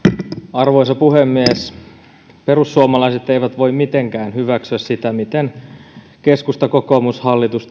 arvoisa puhemies perussuomalaiset eivät voi mitenkään hyväksyä sitä miten keskusta kokoomus hallitus